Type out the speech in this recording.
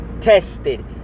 tested